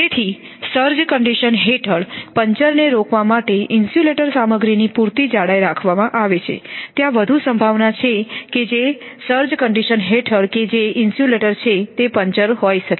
તેથી surge condition હેઠળ પંચરને રોકવા માટે ઇન્સ્યુલેટર સામગ્રીની પૂરતી જાડાઈ રાખવામાં આવે છે ત્યાં વધુ સંભાવના છે કે સર્જ કન્ડિશન હેઠળ કે જે ઇન્સ્યુલેટર છે તે પંચર હોઈ શકે છે